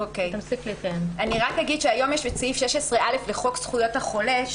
רק אגיד שהיום יש את סעיף 16א לחוק זכויות החולה,